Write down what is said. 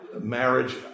Marriage